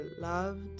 loved